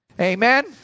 Amen